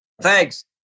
Thanks